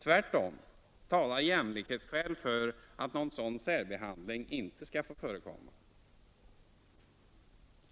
Tvärtom talar jämlikhetsskäl för att någon sådan särbehandling inte skall få förekomma.